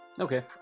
Okay